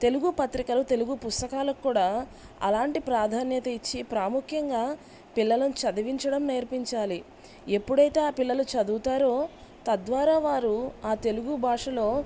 తెలుగు పత్రికలు తెలుగు పుస్తకాలకు కూడా అలాంటి ప్రాధాన్యత ఇచ్చి ప్రాముఖ్యంగా పిల్లలను చదివించడం నేర్పించాలి ఎప్పుడైతే ఆ పిల్లలు చదువుతారో తద్వారా వారు ఆ తెలుగు భాషలో